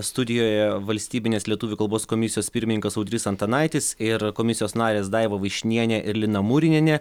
studijoje valstybinės lietuvių kalbos komisijos pirmininkas audrys antanaitis ir komisijos narės daiva vaišnienė ir lina murinienė